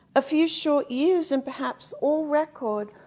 a few short years and perhaps all record,